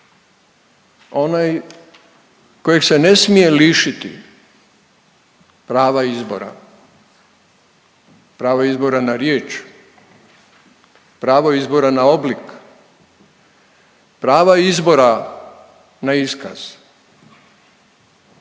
onaj kojeg se ne smije lišiti prava izbora, prava izbora na riječ, pravo izbora na oblik, prava izbora na iskaz,